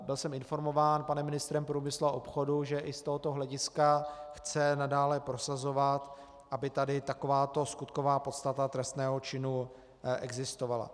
Byl jsem informován panem ministrem průmyslu a obchodu, že i z tohoto hlediska chce nadále prosazovat, aby tady takováto skutková podstata trestného činu existovala.